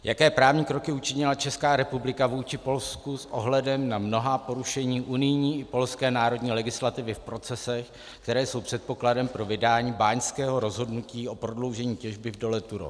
Jaké právní kroky učinila Česká republika vůči Polsku s ohledem na mnohá porušení unijní i polské národní legislativy v procesech, které jsou předpokladem pro vydání báňského rozhodnutí o prodloužení těžby v dole Turów?